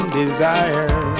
desire